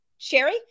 Sherry